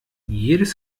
jedes